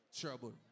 Trouble